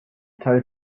tow